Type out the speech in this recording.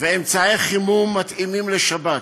ואמצעי חימום מתאימים לשבת,